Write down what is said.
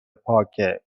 پاکه